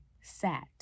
sat